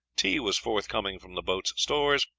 tea was forthcoming from the boats' stores,